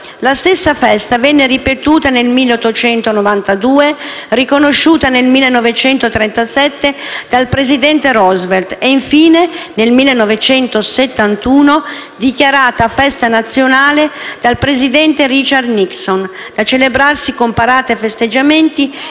La stessa festa venne ripetuta nel 1892, riconosciuta nel 1937 dal presidente Roosevelt e infine, nel 1971, dichiarata festa nazionale dal presidente Richard Nixon, da celebrarsi con parate e festeggiamenti